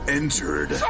entered